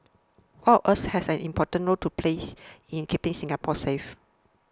all of us have an important role to plays in keeping Singapore safe